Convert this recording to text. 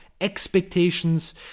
expectations